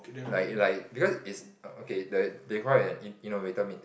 like like because is okay they they call it an in~ innovator meeting